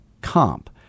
comp